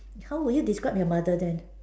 how would you describe your mother then